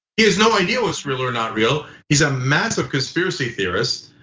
he has no idea what's real or not real. he's a massive conspiracy theorist,